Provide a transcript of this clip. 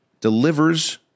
delivers